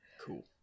Cool